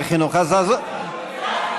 סליחה,